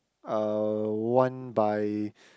uh one by